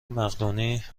مقدونی